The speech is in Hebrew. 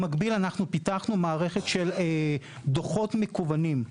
במקביל, אנחנו פיתחנו מערכת של דוחות מקוונים.